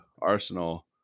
Arsenal